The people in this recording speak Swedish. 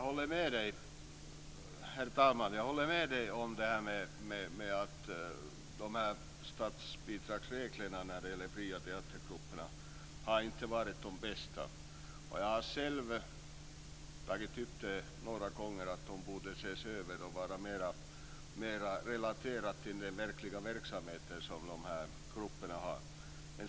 Herr talman! Jag håller med Tasso Stafilidis att statsbidragsreglerna för de fria teatergrupperna inte har varit de bästa. Jag har själv tagit upp att de borde ses över och vara mera relaterade till den verkliga verksamheten i grupperna.